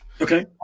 Okay